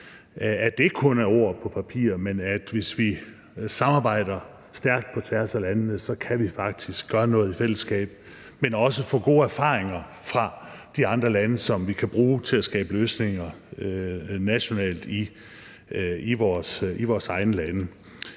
at det ikke kun er ord på papir, men at vi, hvis vi samarbejder stærkt på tværs af landene, faktisk kan gøre noget i fællesskab og også få gode erfaringer fra de andre lande, som vi kan bruge til at skabe løsninger nationalt i vores egne lande.